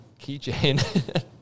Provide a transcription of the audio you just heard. keychain